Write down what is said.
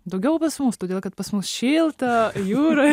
daugiau pas mus todėl kad pas mus šilta jūra